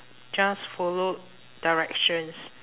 just followed directions